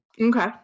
okay